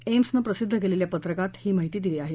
एम्सनं प्रसिद्ध केलेल्या पत्रकात ही माहिती दिली आहे